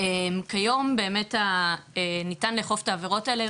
כיום באמת ניתן לאכוף את העבירות האלה,